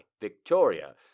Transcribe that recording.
Victoria